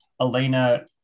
elena